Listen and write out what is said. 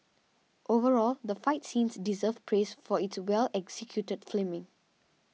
overall the fight scenes deserve praise for its well executed filming